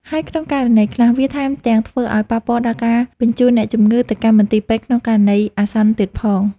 ហើយក្នុងករណីខ្លះ វាថែមទាំងធ្វើឱ្យប៉ះពាល់ដល់ការបញ្ជូនអ្នកជំងឺទៅកាន់មន្ទីរពេទ្យក្នុងករណីអាសន្នទៀតផង។